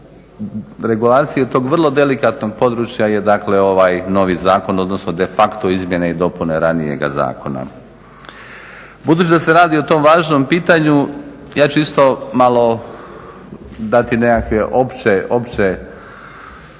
regulacije tog vrlo delikatnog područja je dakle ovaj novi zakon odnosno defacto izmjene i dopune ranijega zakona. Budući da se radi o tom važnom pitanju, ja ću isto malo dati nekakve opće